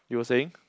you were saying